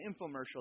infomercial